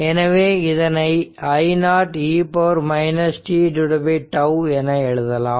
எனவே இதனை I0 e t τ என எழுதலாம்